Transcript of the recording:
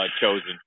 Chosen